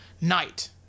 Night